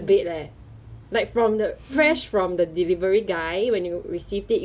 then 你 actually 你有你有去拿那个 national day funpack liao 吗 !huh!